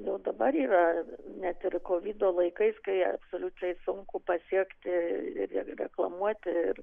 jau dabar yra net ir kovido laikais kai absoliučiai sunku pasiekti ir reklamuoti ir